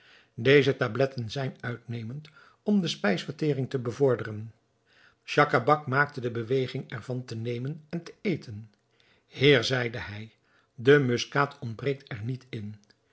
deze tabletten zijn uitnemend om de spijsvertering te bevorderen schacabac maakte de beweging er van te nemen en te eten heer zeide hij de muskaat ontbreekt er niet in